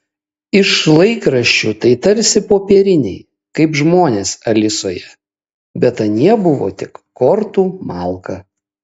iš laikraščių tai tarsi popieriniai kaip žmonės alisoje bet anie buvo tik kortų malka